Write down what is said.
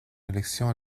élection